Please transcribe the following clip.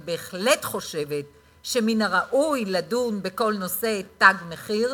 אני בהחלט חושבת שמן הראוי לדון בכל נושא "תג מחיר".